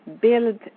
build